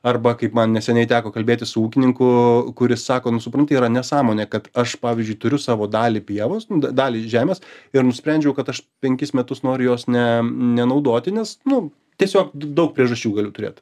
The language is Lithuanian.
arba kaip man neseniai teko kalbėtis su ūkininku kuris sako nu supranti yra nesąmonė kad aš pavyzdžiui turiu savo dalį pievos dalį žemės ir nusprendžiau kad aš penkis metus noriu jos ne nenaudoti nes nu tiesiog daug priežasčių galiu turėt